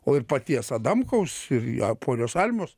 o ir paties adamkaus ir jo ponios almos